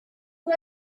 was